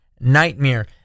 nightmare